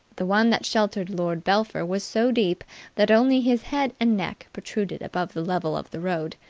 the one that sheltered lord belpher was so deep that only his head and neck protruded above the level of the road,